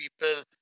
people